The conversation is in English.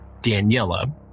Daniela